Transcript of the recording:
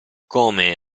come